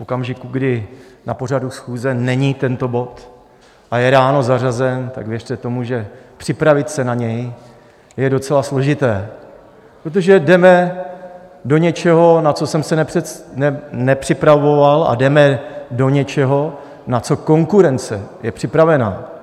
V okamžiku, kdy na pořadu schůze není tento bod a je ráno zařazen, tak věřte tomu, že připravit se na něj je docela složité, protože jdeme do něčeho, na co jsem se nepřipravoval, a jdeme do něčeho, na co konkurence je připravena.